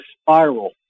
spiral